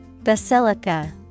Basilica